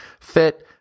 fit